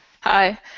Hi